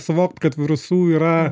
suvokt kad virusų yra